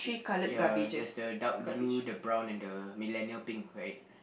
ya there's the dark blue the brown and the millennial pink right